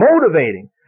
motivating